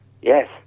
Yes